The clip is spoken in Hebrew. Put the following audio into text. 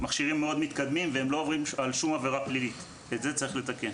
ואת זה צריך לתקן.